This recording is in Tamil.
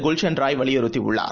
குல்ஷன் ராய் வலியுறுத்தியுள்ளார்